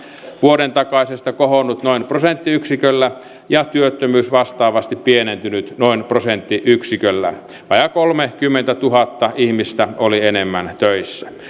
vuoden takaisesta kohonnut noin prosenttiyksiköllä ja työttömyys vastaavasti pienentynyt noin prosenttiyksiköllä vajaa kolmekymmentätuhatta ihmistä enemmän oli töissä myös